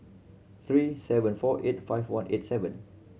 three seven four eight five one eight seven